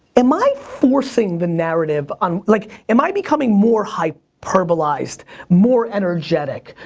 am i forcing the narrative? um like am i becoming more hyperbolized? more energetic?